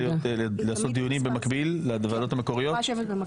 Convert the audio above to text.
לעשות דיונים במקביל לוועדות המקוריות?